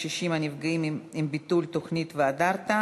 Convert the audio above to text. הפגיעה בקשישים מביטול תוכנית "והדרת",